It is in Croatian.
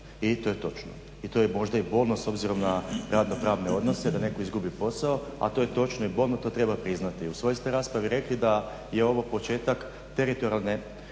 i to je točno i to je možda i bolno s obzirom na radno pravne odnose da netko izgubi posao, a to je točno i bolno, to treba priznati. U svojoj ste raspravi rekli da je ovo početak teritorijalne